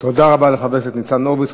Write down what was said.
תודה רבה לחבר הכנסת ניצן הורוביץ.